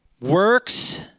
Works